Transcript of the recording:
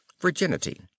VIRGINITY